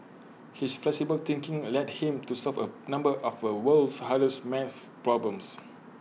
his flexible thinking led him to solve A number of A world's hardest math problems